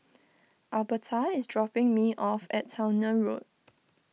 Albertha is dropping me off at Towner Road